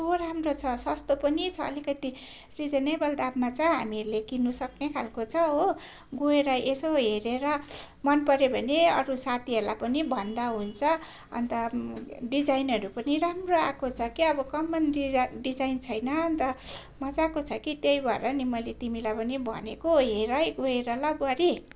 राम्रो छ सस्तो पनि छ अलिकति रिजनेबल दाममा छ हामीहरूले किन्नसक्ने खालको छ हो गएर यसो हेरेर मनपर्यो भने अरू साथीहरूलाई पनि भन्दा हुन्छ अन्त डिजाइनहरू पनि राम्रो आएको छ क्या अब कमन डिजा डिजाइन छैन अन्त मजाको छ कि त्यही भएर नि मैले तिमीलाई पनि भनेको हेर है गएर ल बुहारी